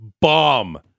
bomb